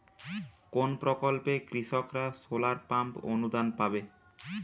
কোন প্রকল্পে কৃষকরা সোলার পাম্প অনুদান পাবে?